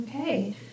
Okay